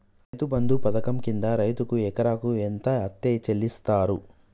రైతు బంధు పథకం కింద రైతుకు ఎకరాకు ఎంత అత్తే చెల్లిస్తరు?